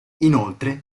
inoltre